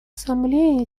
ассамблеей